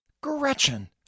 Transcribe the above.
gretchen